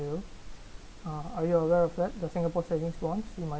mmhmm uh are you aware of that the Singapore Savings Bonds you might